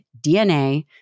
DNA